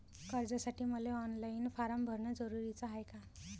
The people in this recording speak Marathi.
कर्जासाठी मले ऑनलाईन फारम भरन जरुरीच हाय का?